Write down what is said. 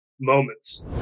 moments